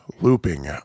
looping